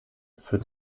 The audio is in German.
für